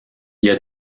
y’a